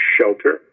shelter